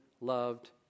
loved